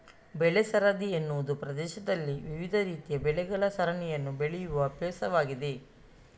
ಬೆಳೆ ಸರದಿ ಎನ್ನುವುದು ಪ್ರದೇಶದಲ್ಲಿ ವಿವಿಧ ರೀತಿಯ ಬೆಳೆಗಳ ಸರಣಿಯನ್ನು ಬೆಳೆಯುವ ಅಭ್ಯಾಸವಾಗಿದೆ